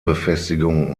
befestigung